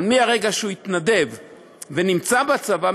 אבל מרגע שהוא התנדב ונמצא בצבא,